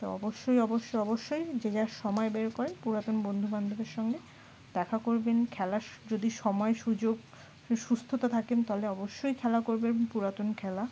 তো অবশ্যই অবশ্যই অবশ্যই যে যার সময় বের করে পুরাতন বন্ধুবান্ধবের সঙ্গে দেখা করবেন খেলার যদি সময় সুযোগ সুস্থতা থাকেন তাহলে অবশ্যই খেলা করবেন পুরাতন খেলা